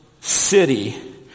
city